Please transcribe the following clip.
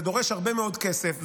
זה דורש הרבה מאוד כסף,